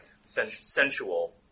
Sensual